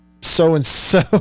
so-and-so